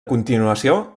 continuació